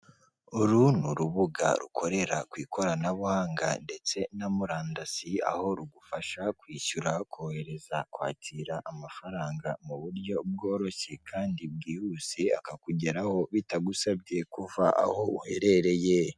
Uru ni urubuga rukorera ku ikoranabuhanga ndetse na murandasi, aho rugufasha kwishyura, kohereza, kwakira amafaranga mu buryo bworoshye kandi bwihuse, akakugeraho bitagusabye kuva aho uherereye.